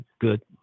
good